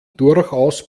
durchaus